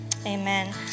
Amen